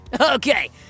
Okay